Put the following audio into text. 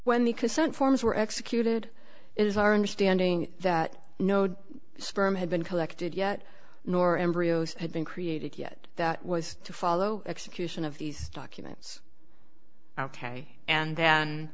when the consent forms were executed it is our understanding that no sperm had been collected yet nor embryos had been created yet that was to follow execution of these documents ok and then